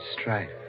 strife